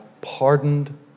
pardoned